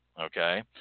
Okay